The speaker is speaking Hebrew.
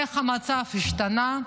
איך המצב השתנה?